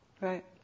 Right